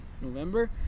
November